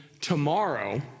tomorrow